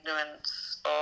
ignorance